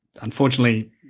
unfortunately